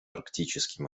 арктическим